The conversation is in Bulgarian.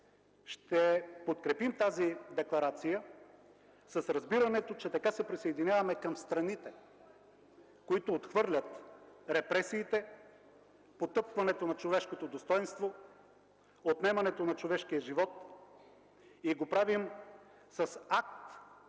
ще подкрепим тази декларация с разбирането, че така се присъединяваме към страните, които отхвърлят репресиите, потъпкването на човешкото достойнство, отнемането на човешкия живот и го правим с акт